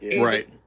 Right